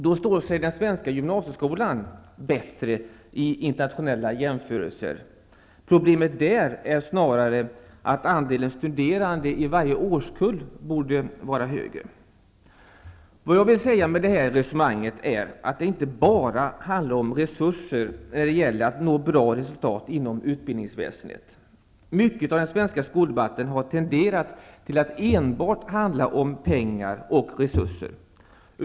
Då står sig den svenska gymnasieskolan bättre i internationella jämförelser. Problemet där är snarare att andelen studerande i varje årskull borde vara högre. Det handlar inte bara om resurser när det gäller att nå bra resultat inom utbildningsväsendet. Mycket av den svenska skoldebatten har tenderat till att enbart handla om pengar och resurser.